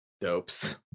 dopes